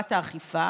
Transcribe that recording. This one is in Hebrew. הגברת האכיפה,